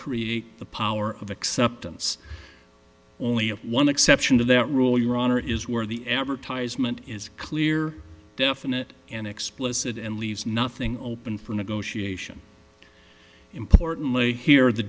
create the power of acceptance only of one exception to that rule your honor is where the advertisement is clear definite an explicit and leaves nothing open for negotiation importantly here the